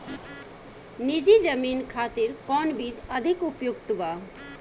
नीची जमीन खातिर कौन बीज अधिक उपयुक्त बा?